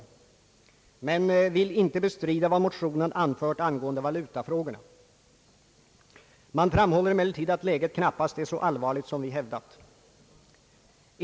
Utskottet vill inte bestrida vad i motionerna anförts angående valutafrågorna men framhåller att läget knappast är så allvarligt som vi motionärer hävdar.